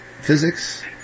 physics